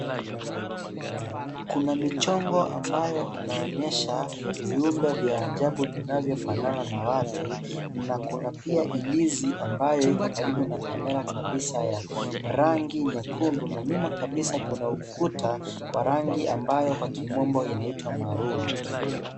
Kuna michongo ambayo inaonyesha viumbe vya ajabu vinavyofanana na watu na kuna pia ilizi ambayo iko karibu na kamera kabisa ya rangi nyekundu na nyuma kabisa kuna ukuta wa rangi ambayo ka kimombo inaitwa (cs)maroon(cs).